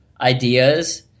ideas